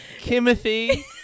Kimothy